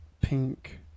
Pink